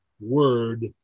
word